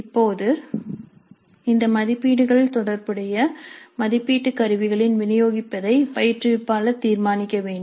இப்போது இந்த மதிப்பீடுகளை தொடர்புடைய மதிப்பீட்டு கருவிகளில் விநியோகிப்பதை பயிற்றுவிப்பாளர் தீர்மானிக்க வேண்டும்